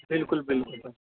بالکل بالکل